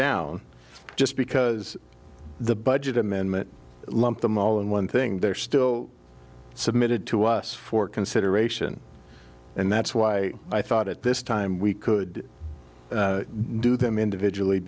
down just because the budget amendment lump them all in one thing they're still submitted to us for consideration and that's why i thought at this time we could do them individually